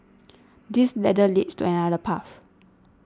this ladder leads to another path